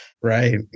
Right